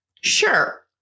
Sure